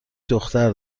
دختر